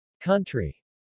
Country